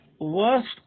worst